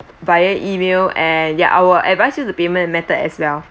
via email and ya I will advise you the payment method as well